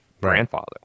grandfather